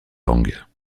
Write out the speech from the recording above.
langues